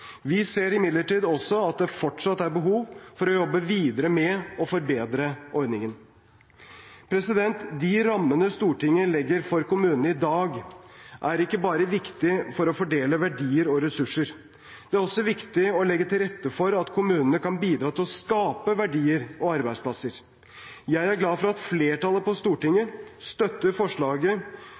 Vi ser imidlertid også at det fortsatt er behov for å jobbe videre med, og forbedre, ordningen. De rammene Stortinget legger for kommunene i dag, er ikke bare viktige for å fordele verdier og ressurser. Det er også viktig å legge til rette for at kommunene kan bidra til å skape verdier og arbeidsplasser. Jeg er glad for at flertallet på Stortinget støtter forslaget